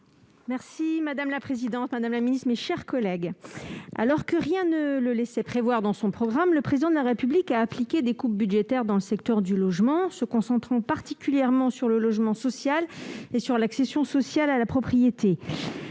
Mme Anne-Catherine Loisier. Madame la ministre, alors que rien ne le laissait prévoir dans son programme, le Président de la République a appliqué des coupes budgétaires dans le secteur du logement, se concentrant particulièrement sur le logement social et sur l'accession sociale à la propriété.